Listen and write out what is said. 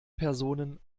personen